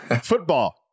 football